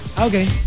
Okay